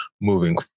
moving